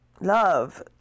love